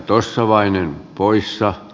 arvoisa puhemies